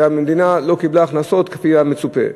המדינה לא קיבלה הכנסות כמצופה.